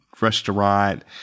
restaurant